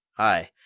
ay,